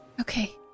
okay